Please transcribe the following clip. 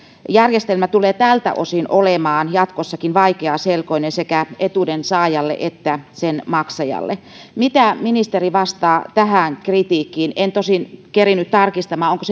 järjestelmä tulee tältä osin olemaan jatkossakin vaikeaselkoinen sekä etuuden saajalle että sen maksajalle mitä ministeri vastaa tähän kritiikkiin en tosin kerinnyt tarkistamaan onko